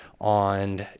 on